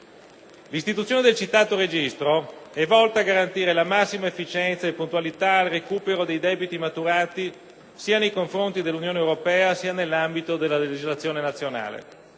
L'istituzione del citato Registro è volta a garantire la massima efficienza e puntualità al recupero dei debiti maturati, sia nei confronti dell'Unione europea, sia nell'ambito della legislazione nazionale.